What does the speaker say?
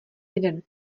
jeden